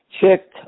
check